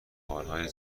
کارهای